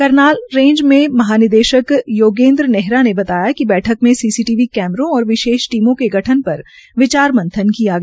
Karnal range के महानिरीक्षक योगेन्द्र नेहरा ने बताया कि बैठक में सीसीटीवी कैमरों और विशेष टीमों के गठन पर विचार मंथन किया गया